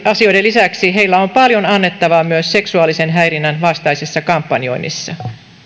asioiden lisäksi heillä on paljon annettavaa myös seksuaalisen häirinnän vastaisessa kampanjoinnissa